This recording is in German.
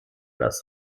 das